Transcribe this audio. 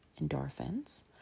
endorphins